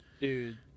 Dude